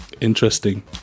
interesting